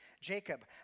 Jacob